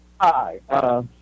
Hi